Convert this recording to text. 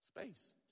space